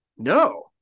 no